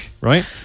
right